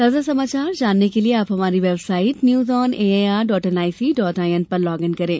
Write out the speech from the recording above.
ताजा समाचार जानने के लिए आप हमारी website news on A I R dot N I C dot I N पर लॉग इन करें